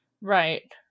Right